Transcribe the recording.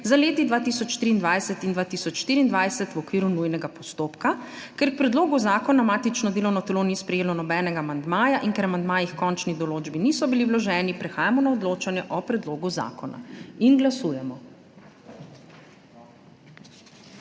za leti 2023 in 2024, v okviru nujnega postopka. Ker k predlogu zakona matično delovno telo ni sprejelo nobenega amandmaja in ker amandmaji h končni določbi niso bili vloženi, prehajamo na odločanje o predlogu zakona. 106.